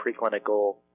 preclinical